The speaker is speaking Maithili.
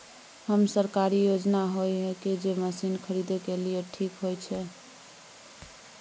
कोन सरकारी योजना होय इ जे मसीन खरीदे के लिए ठीक होय छै?